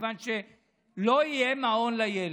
מכיוון שלא יהיה מעון לילד.